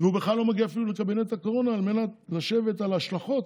הוא בכלל לא מגיע אפילו לקבינט הקורונה על מנת לשבת על ההשלכות